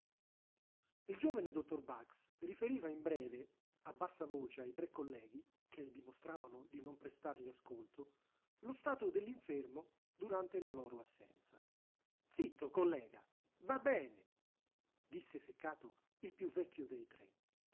il giovane dottor bax riferiva in breve a bassa voce ai tre colleghi che dimostravano di non prestargli ascolto lo stato dell'infermo durante la loro assenza zitto collega va bene disse seccato il più vecchio dei tre